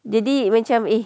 jadi macam eh